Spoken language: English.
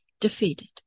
Defeated